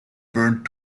burned